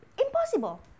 impossible